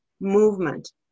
movement